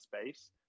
space